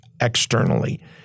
externally